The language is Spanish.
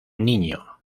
niño